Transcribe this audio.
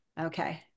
Okay